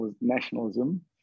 nationalism